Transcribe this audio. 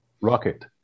rocket